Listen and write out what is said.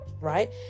right